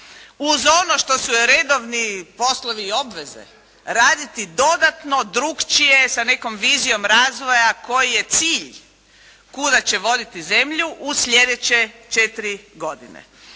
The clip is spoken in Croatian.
uz ono što su joj redovni poslovi i obveze, raditi dodatno drukčiji sa nekom vizijom razvoja koji je cilj kuda će voditi zemlju u sljedeće četiri godine.